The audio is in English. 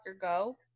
go